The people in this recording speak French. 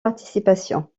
participation